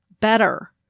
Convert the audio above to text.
better